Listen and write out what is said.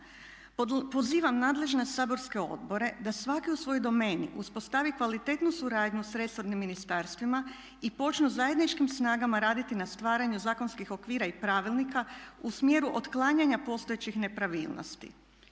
Pozivam nadležne saborske odbore da svaki u svojoj domeni uspostavi kvalitetnu suradnju sa resornim ministarstvima i počnu zajedničkim snagama raditi na stvaranju zakonskih okvira i pravilnika u smjeru otklanjanja postojećih nepravilnosti.